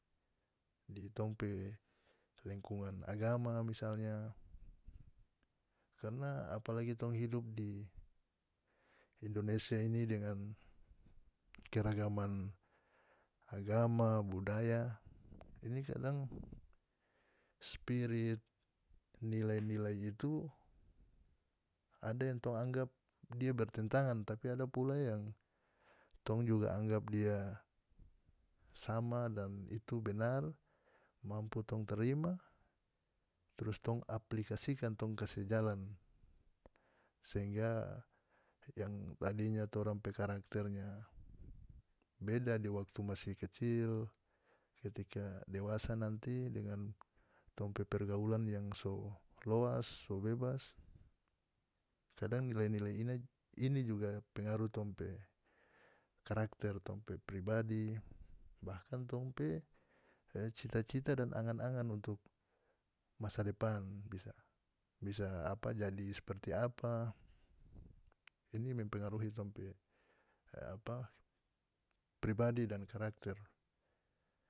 Di tong pe lingkungan agama misalnya karna apalagi tong hidup di indonesia ini dengan keragaman agama budaya ini kadang spirit nilai-nilai itu ada yang tong anggap dia bertentangan tapi ada pula yang tong juga anggap dia sama dan itu benar mampu tong terima trus tong aplikasikan tong kase jalan sehingga yang tadinya torang pe karakternya beda di waktu masih kecil ketika dewasa nanti dengan tong pe pergaulan yang so loas so bebas kadang nilai-nilai ini ini juga pengaruh tong pe karakter tong pe pribadi bahkan tong pe cita-cita dan angan-angan untuk masa depan bisa apa jadi seperti apa ini mempengaruhi tong pe apa pribadi dan karakter.